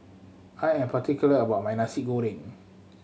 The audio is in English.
I am particular about my Nasi Goreng